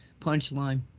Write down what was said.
punchline